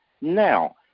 Now